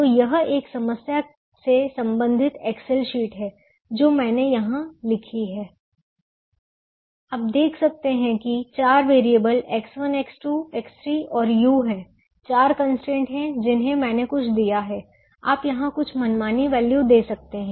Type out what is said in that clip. तो यह इस समस्या से संबंधित एक्सेल शीट है जो मैंने यहां लिखी है आप देख सकते हैं कि चार वेरिएबल X1 X2 X3 और u हैं चार कंस्ट्रेंट हैं जिन्हें मैंने कुछ दिया है आप यहां कुछ मनमानी वैल्यू दे सकते हैं